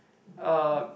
uh